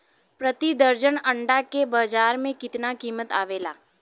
प्रति दर्जन अंडा के बाजार मे कितना कीमत आवेला?